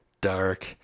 dark